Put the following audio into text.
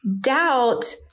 doubt